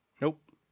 Nope